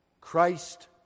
Christ